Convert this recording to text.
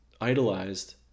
idolized